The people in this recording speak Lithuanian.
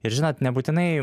ir žinot nebūtinai